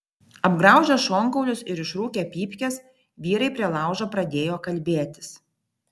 apgraužę šonkaulius ir išrūkę pypkes vyrai prie laužo pradėjo kalbėtis